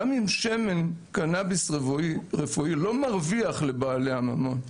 גם אם שמן קנביס רפואי לא מרוויח לבעלי הממון,